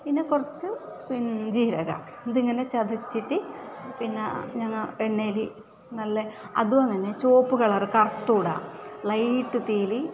പിന്നെ കുറച്ച് ജീരകം ഇതിങ്ങനെ ചതച്ചിട്ട് പിന്നെ ഞങ്ങൾ എണ്ണയില് നല്ലത് അതു അങ്ങനെ ചുവപ്പ് കളറ് കറുത്ത് കൂടാ ലൈറ്റ് തീയില്